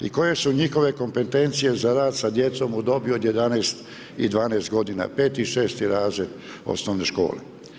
I koje su njihove kompetencije za rad sa djecom u dobi od 11 i 12 godina, 5. i 6. razred osnovne škole?